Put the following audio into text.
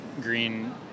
green